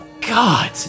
God